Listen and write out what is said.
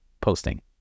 posting